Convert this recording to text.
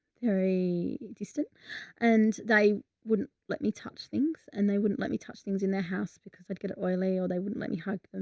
very distant and they wouldn't let me touch things and they wouldn't let me touch things in their house because i'd get it oily or they wouldn't let me hug